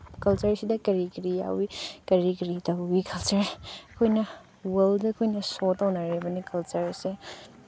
ꯀꯜꯆꯔꯁꯤꯗ ꯀꯔꯤ ꯀꯔꯤ ꯌꯥꯎꯋꯤ ꯀꯔꯤ ꯀꯔꯤ ꯇꯧꯋꯤ ꯀꯜꯆꯔ ꯑꯩꯈꯣꯏꯅ ꯋꯥꯔꯜꯗ ꯑꯈꯣꯏꯅ ꯁꯣ ꯇꯧꯅꯔꯤꯕꯅꯤ ꯀꯜꯆꯔꯁꯦ